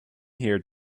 here